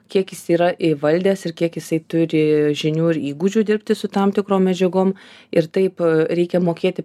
kiek jis yra įvaldęs ir kiek jisai turi žinių ir įgūdžių dirbti su tam tikrom medžiagom ir taip reikia mokėti